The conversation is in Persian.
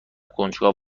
کنجکاو